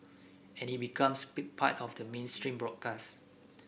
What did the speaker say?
and it becomes pick part of the mainstream broadcast